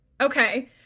okay